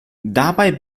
dabei